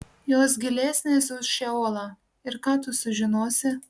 jos gilesnės už šeolą ir ką tu sužinosi